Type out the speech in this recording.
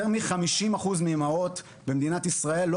יותר מ-50% מהאימהות במדינת ישראל לא